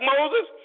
Moses